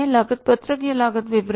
लागत पत्रक या लागत विवरण में